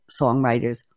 songwriters